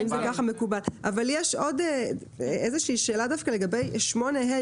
יש עוד איזושהי שאלה לגבי סעיף 8(ה),